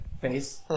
face